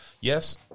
Yes